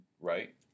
right